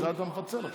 ואת זה אתה מפצל עכשיו.